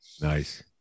Nice